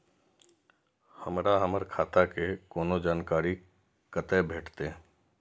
हमरा हमर खाता के कोनो जानकारी कते भेटतै